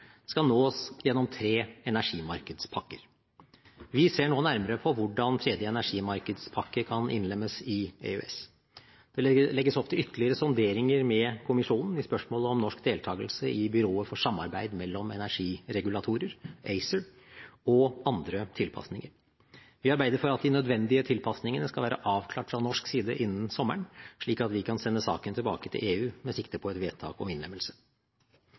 skal nås gjennom tre energimarkedspakker. Vi ser nå nærmere på hvordan tredje energimarkedspakke kan innlemmes i EØS. Det legges opp til ytterligere sonderinger med kommisjonen i spørsmålet om norsk deltagelse i byrået for samarbeid mellom energiregulatorer, ACER, og andre tilpasninger. Vi arbeider for at de nødvendige tilpasningene skal være avklart fra norsk side innen sommeren, slik at vi kan sende saken tilbake til EU med sikte på et vedtak om innlemmelse.